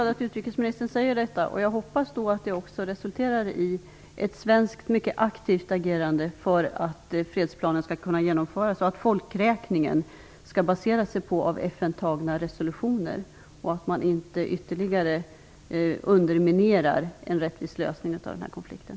Fru talman! Jag är glad att utrikesministern säger detta. Jag hoppas att det också resulterar i ett mycket aktivt svenskt agerande för att fredsplanen skall kunna genomföras och att folkräkningen skall basera sig på resolutioner som FN antagit. Jag hoppas att man inte ytterligare underminerar en rättvis lösning av konflikten.